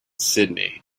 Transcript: sidney